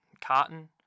cotton